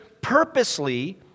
purposely